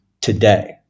today